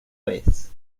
vez